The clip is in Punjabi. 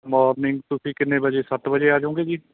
ਮਾਰਨਿੰਗ ਤੁਸੀਂ ਕਿੰਨੇ ਵਜੇ ਸੱਤ ਵਜੇ ਆ ਜਾਓਗੇ ਜੀ